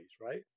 right